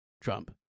trump